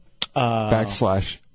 backslash